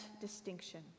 distinction